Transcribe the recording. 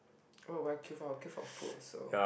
what would I queue for I would queue for food also